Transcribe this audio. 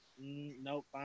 nope